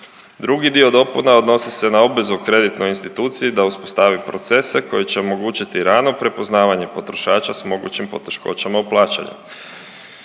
Drugi dio dopuna odnosi se na obvezu kreditnoj instituciji da uspostavi procese koji će omogućiti rano prepoznavanje potrošača s mogućim poteškoćama u plaćanju.